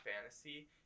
Fantasy